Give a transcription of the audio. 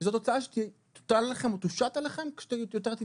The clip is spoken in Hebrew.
זאת הוצאה שתוטל או תושת עליכם כשתתבגרו.